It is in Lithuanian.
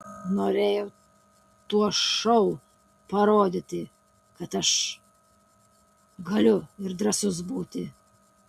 norėjau tuo šou parodyti kad aš galiu ir drąsus būti